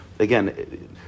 Again